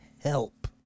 help